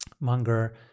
Munger